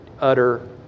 utter